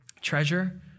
treasure